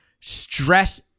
stress